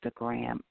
Instagram